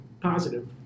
positive